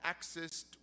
accessed